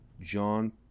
John